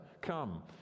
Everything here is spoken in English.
Come